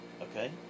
Okay